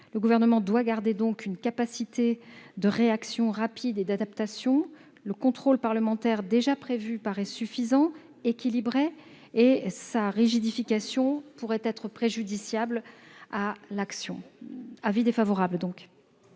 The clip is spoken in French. Le Gouvernement doit donc garder une capacité de réaction rapide et d'adaptation. Le contrôle parlementaire déjà prévu paraît suffisant, équilibré ; sa rigidification pourrait être préjudiciable à l'action. Avis défavorable.